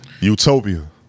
Utopia